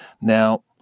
Now